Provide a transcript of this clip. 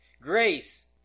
Grace